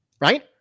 right